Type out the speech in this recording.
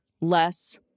less